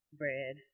bread